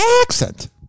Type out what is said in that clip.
accent